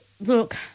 look